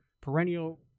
perennial